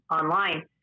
online